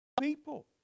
People